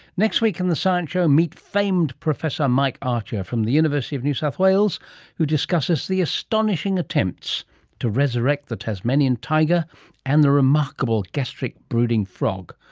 next week in the science show meet famed professor mike archer from university of new south wales who discusses the astonishing attempts to resurrect the tasmanian tiger and the remarkable gastric brooding frog.